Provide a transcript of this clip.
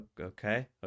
okay